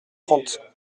trente